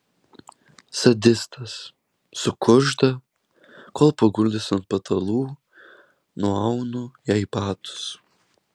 sadistas sukužda kol paguldęs ant patalų nuaunu jai batus